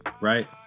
Right